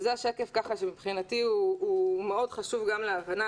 זה שקף שמבחינתי הוא מאוד חשוב גם להבנה,